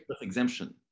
exemption